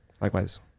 Likewise